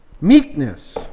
Meekness